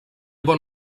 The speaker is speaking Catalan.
bon